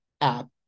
app